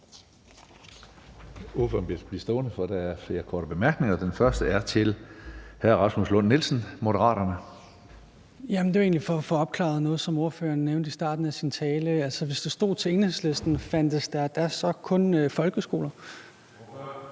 Ordføreren skal blive stående, for der er flere korte bemærkninger. Den første er til hr. Rasmus Lund-Nielsen, Moderaterne. Kl. 15:54 Rasmus Lund-Nielsen (M): Jeg vil egentlig bare have opklaret noget, som ordføreren nævnte i starten af sin tale. Hvis det stod til Enhedslisten, fandtes der da så kun folkeskoler? Kl.